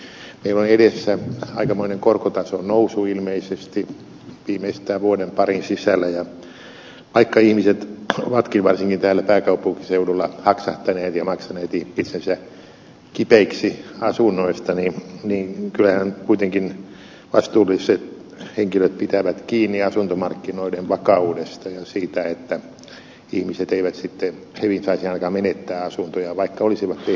meillä on edessä aikamoinen korkotason nousu ilmeisesti viimeistään vuoden parin sisällä ja vaikka ihmiset ovatkin varsinkin täällä pääkaupunkiseudulla haksahtaneet ja maksaneet itsensä kipeiksi asunnoista niin kyllähän kuitenkin vastuulliset henkilöt pitävät kiinni asuntomarkkinoiden vakaudesta ja siitä että ihmiset eivät sitten hevin saisi ainakaan menettää asuntojaan vaikka olisivatkin tehneet taloudellisia virheitä